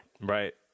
Right